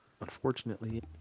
unfortunately